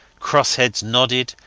crossheads nodded,